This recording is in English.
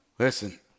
Listen